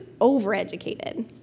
overeducated